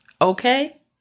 Okay